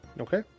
Okay